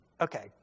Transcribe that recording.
Okay